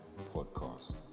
podcast